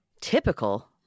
Typical